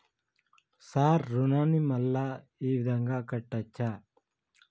Sir రుణాన్ని మళ్ళా ఈ విధంగా కట్టచ్చా?